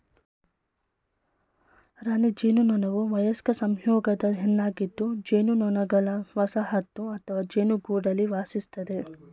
ರಾಣಿ ಜೇನುನೊಣವುವಯಸ್ಕ ಸಂಯೋಗದ ಹೆಣ್ಣಾಗಿದ್ದುಜೇನುನೊಣಗಳವಸಾಹತುಅಥವಾಜೇನುಗೂಡಲ್ಲಿವಾಸಿಸ್ತದೆ